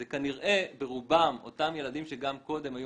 זה כנראה ברובם אותם ילדים שגם קודם היו